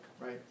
Right